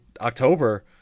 october